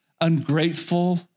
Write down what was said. ungrateful